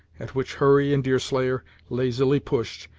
at which hurry and deerslayer lazily pushed,